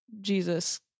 Jesus